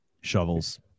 shovels